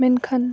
ᱢᱮᱱᱠᱷᱟᱱ